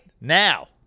now